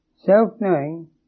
self-knowing